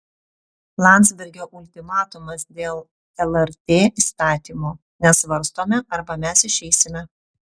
landsbergio ultimatumas dėl lrt įstatymo nesvarstome arba mes išeisime